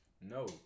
No